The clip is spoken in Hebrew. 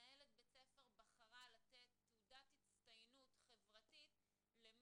מנהלת בית ספר בחרה לתת תעודת הצטיינות חברתית למי